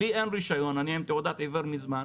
לי אין רישיון, אני עם תעודת עיוור מזמן.